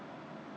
真的 leh